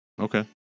Okay